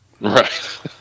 Right